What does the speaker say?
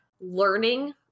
learning